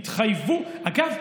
התחייבו, אגב,